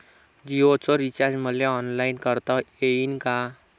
जीओच रिचार्ज मले ऑनलाईन करता येईन का?